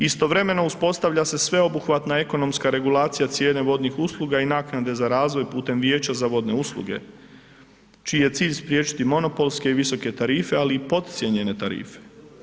Istovremeno uspostavlja se sveobuhvatna ekonomska regulacija cijene vodnih usluga i naknade za razvoj putem vijeća za vodne usluge čiji je cilj spriječiti monopolske i visoke tarife, ali i podcijenjene tarife.